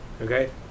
okay